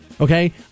Okay